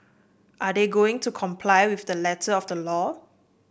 are they going to comply with the letter of the law